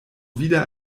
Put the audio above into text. wieder